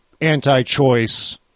anti-choice